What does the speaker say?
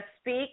speak